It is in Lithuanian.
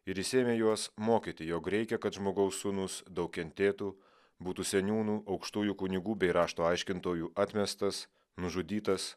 ir jis ėmė juos mokyti jog reikia kad žmogaus sūnus daug kentėtų būtų seniūnų aukštųjų kunigų bei rašto aiškintojų atmestas nužudytas